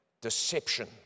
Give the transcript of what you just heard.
Deception